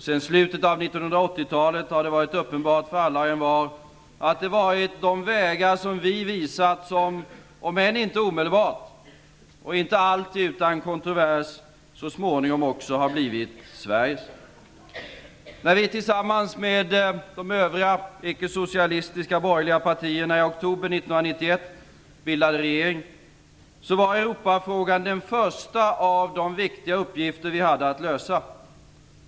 Sedan slutet av 1980-talet har det varit uppenbart för alla och envar att det varit de vägar som, om än inte omedelbart och inte alltid utan kontrovers, så småningom också har blivit Sveriges. När vi tillsammans med övriga icke-socialistiska borgerliga partierna i oktober 1991 bildade regering, var Europafrågan den första av de viktiga uppgifter vi hade att lösa.